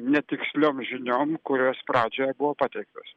netiksliom žiniom kurios pradžioje buvo pateiktos